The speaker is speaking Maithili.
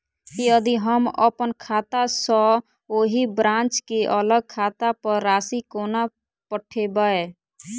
यदि हम अप्पन खाता सँ ओही ब्रांच केँ अलग खाता पर राशि कोना पठेबै?